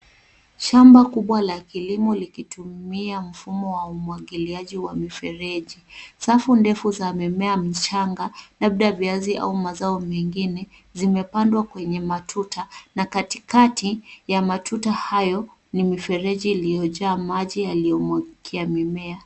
Shamba kubwa la kilimo likitumia mfumo wa umwagiliaji wa mifereji. Safu ndefu za mimea mchanga, labda viazi au mazao mengine, zimepandwa kwenye matuta. Na katikati ya matuta hayo ni mifereji iliyojaa maji yaliyomwagikia mimea.